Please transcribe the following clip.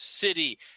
city